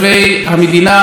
מאזרחי המדינה,